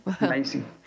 Amazing